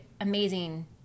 amazing